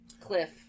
cliff